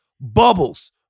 Bubbles